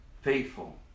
faithful